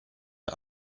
der